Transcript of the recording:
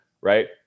Right